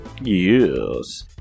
yes